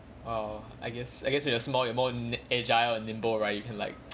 oh I guess I guess you are small you are more agile and nimble right you can like